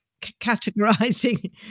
categorizing